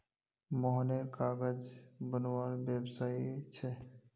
मोहनेर कागज बनवार व्यवसाय छे